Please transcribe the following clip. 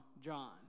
John